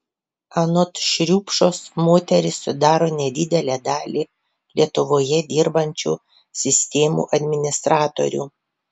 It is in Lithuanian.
anot šriupšos moterys sudaro nedidelę dalį lietuvoje dirbančių sistemų administratorių